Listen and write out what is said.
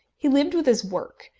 he lived with his work,